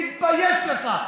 תתבייש לך.